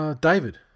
David